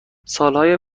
سالهای